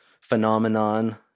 phenomenon